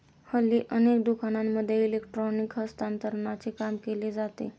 हल्ली अनेक दुकानांमध्ये इलेक्ट्रॉनिक हस्तांतरणाचे काम केले जाते